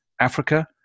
Africa